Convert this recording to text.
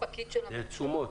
זה תשומות,